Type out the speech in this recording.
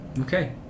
Okay